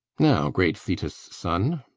now, great thetis' son!